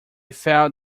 felt